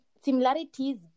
similarities